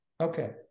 Okay